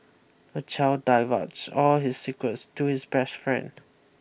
the child divulged all his secrets to his best friend